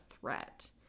threat